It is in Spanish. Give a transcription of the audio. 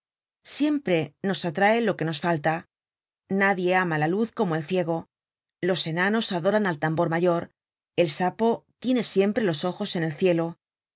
siempre nos atrae lo que nos falta nadie ama la luz como el ciego los enanos adoran al tambor mayor el sapo tiene siempre los ojos en el cielo